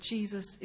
Jesus